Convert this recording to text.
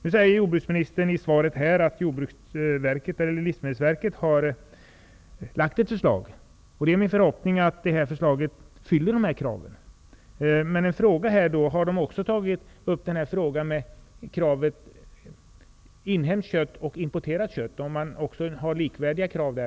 Nu säger jordbruksministern i svaret att Livsmedelsverket har lagt fram ett förslag. Det är min förhoppning att det förslaget uppfyller dessa krav. Har de också tagit upp frågan om kraven på inhemskt kött och importerat kött? Kommer det likvärdiga krav där?